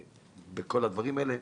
בכל הדברים האלה,